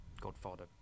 Godfather